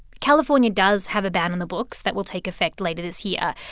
california does have a ban on the books that will take effect later this year.